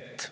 et